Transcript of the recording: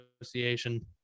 association